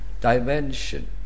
dimension